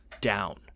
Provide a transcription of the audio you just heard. down